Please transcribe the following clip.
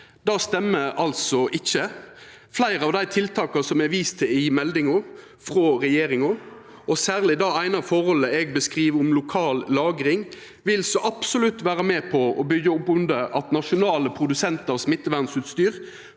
Det stemmer ikkje. Fleire av dei tiltaka det er vist til i meldinga frå regjeringa, og særleg det eine forholdet eg beskriv, om lokal lagring, vil så absolutt vera med på å byggja opp under at nasjonale produsentar av smittevernutstyr